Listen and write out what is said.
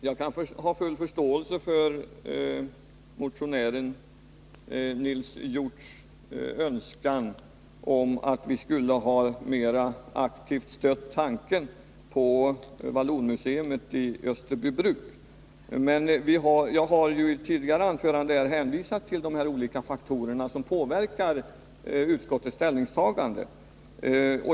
Fru talman! Jag har full förståelse för motionären Nils Hjorths önskan att vi mera aktivt skulle ha stött tanken på vallonmuseet i Österbybruk. Men jag har här hänvisat till de olika faktorer som påverkat utskottets ställningstagande.